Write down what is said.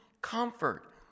comfort